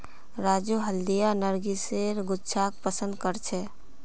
राजू हल्दिया नरगिसेर गुच्छाक पसंद करछेक